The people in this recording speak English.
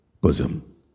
bosom